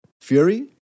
Fury